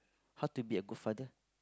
how to be a good father